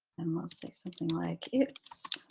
and let's say something like it's